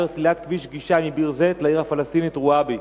סלילת כביש גישה מביר-זית לעיר הפלסטינית רוואבי.